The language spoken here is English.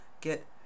get